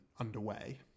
underway